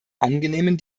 angenehmen